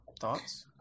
thoughts